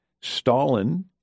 Stalin